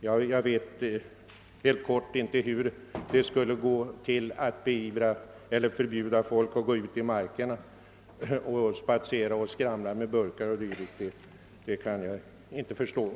Jag vet helt enkelt inte hur man skall kunna förbjuda folk att gå ut i markerna och skramla med burkar 0. d. Jag vill därför inte närmare kommentera denna sak.